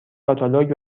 کاتالوگ